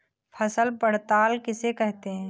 फसल पड़ताल किसे कहते हैं?